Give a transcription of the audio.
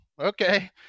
okay